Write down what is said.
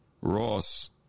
Ross